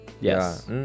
Yes